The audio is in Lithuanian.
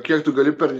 kiek tu gali per